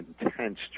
intense